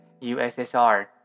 USSR